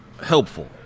helpful